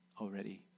already